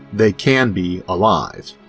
they can be alive.